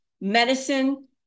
medicine